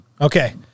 Okay